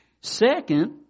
Second